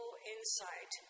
Insight